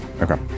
Okay